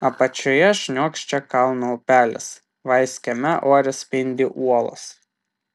apačioje šniokščia kalnų upelis vaiskiame ore spindi uolos